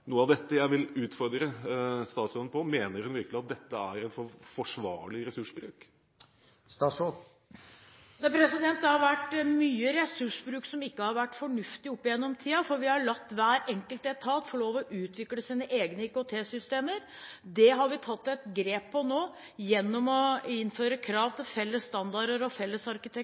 noe av dette jeg vil utfordre statsråden på: Mener hun virkelig at dette er forsvarlig ressursbruk? Det har vært mye ressursbruk som ikke har vært fornuftig opp igjennom tiden fordi vi har latt hver enkelt etat få lov til å utvikle sine egne IKT-systemer. Det har vi tatt et grep om nå gjennom å innføre krav til felles standarder og felles